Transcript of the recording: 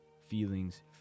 feelings